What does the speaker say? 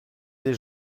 des